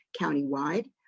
countywide